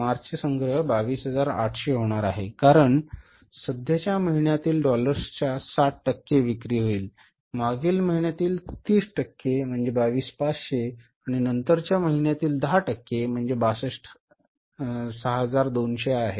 मार्चचे संग्रह 22800 होणार आहे कारण सध्याच्या महिन्यातील डॉलर्सच्या 60 टक्के विक्री होईल मागील महिन्यांतील 30 टक्के म्हणजे 22500 आणि नंतरच्या महिन्यातील 10 टक्के म्हणजे 6200 आहे